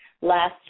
last